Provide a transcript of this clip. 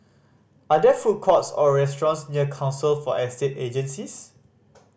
are there food courts or restaurants near Council for Estate Agencies